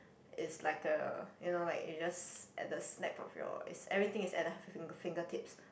is like a you know like you just at the snap of your is everything is at the fingertips